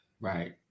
right